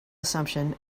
assumption